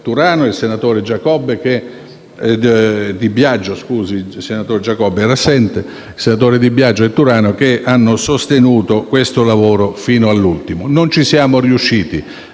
il senatore Di Biagio che hanno sostenuto questo lavoro fino all'ultimo. Non ci siamo riusciti,